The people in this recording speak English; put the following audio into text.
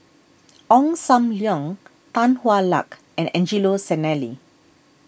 Ong Sam Leong Tan Hwa Luck and Angelo Sanelli